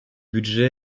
budget